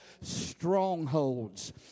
strongholds